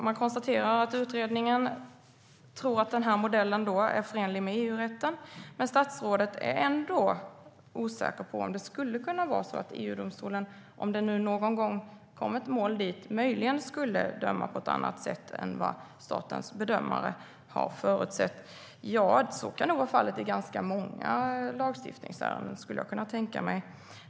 Man konstaterar att utredningen tror att denna modell är förenlig med EU-rätten, men statsrådet är ändå osäker på om det skulle kunna vara så att EU-domstolen, om det nu någon gång kom ett mål dit, möjligen dömer på ett annat sätt än vad statens bedömare har förutsett. Så kan nog vara fallet i ganska många lagstiftningsärenden, skulle jag kunna tänka mig.